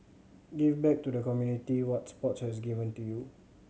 give back to the community what sports has given you